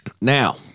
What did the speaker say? Now